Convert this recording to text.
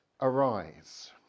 arise